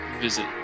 visit